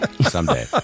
someday